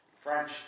French